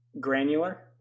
granular